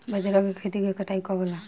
बजरा के खेती के कटाई कब होला?